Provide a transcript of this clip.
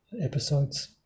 episodes